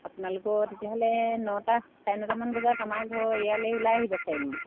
আপোনালোকৰ তেতিয়াহ'লে নটা চাৰে নটামান বজাত আমাৰ ঘৰ ইয়ালৈ ওলাই আহিব চাৰিআলিলৈ